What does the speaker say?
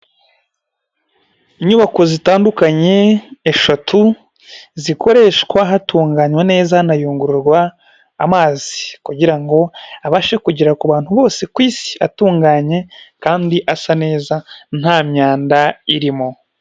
Inyubako zitandukanye eshatu zikoreshwa hatunganywa neza hanayungururwa amazi, kugira ngo abashe kugera ku bantu bose ku isi, atunganye kandi asa neza nta myanda irimo.